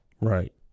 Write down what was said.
Right